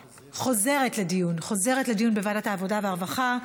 חוזרת לדיון, חוזרת לדיון בוועדת העבודה והרווחה.